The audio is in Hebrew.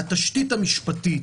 התשתית המשפטית